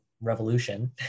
revolution